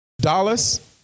Dollars